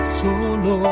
solo